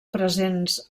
presents